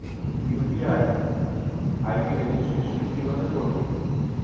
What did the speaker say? UPI ID registration কিভাবে করব?